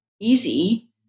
easy